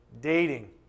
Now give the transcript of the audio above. dating